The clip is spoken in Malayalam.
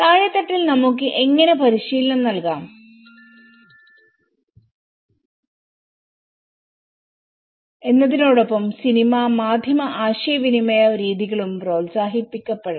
താഴേത്തട്ടിൽ നമുക്ക് എങ്ങനെ പരിശീലനം നൽകാം എന്നതിനോടൊപ്പം സിനിമ മാധ്യമ ആശയവിനിമയ രീതികളും പ്രോത്സാഹിപ്പിക്കപ്പെടണം